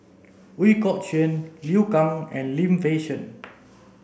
Ooi Kok Chuen Liu Kang and Lim Fei Shen